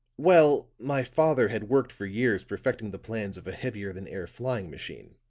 well, my father had worked for years perfecting the plans of a heavier-than-air flying machine,